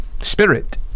spirit